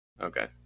Okay